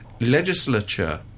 legislature